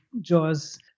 jaws